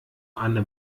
anne